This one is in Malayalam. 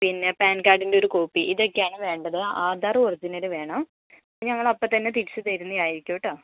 പിന്നെ പാന് കാര്ഡിൻ്റെ ഒരു കോപ്പി ഇതൊക്കെ ആണ് വേണ്ടത് ആധാര് ഒറിജിനല് വേണം അത് ഞങ്ങൾ അപ്പം തന്നെ തിരിച്ചു തരുന്നത് ആയിരിക്കും കേട്ടോ